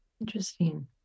interesting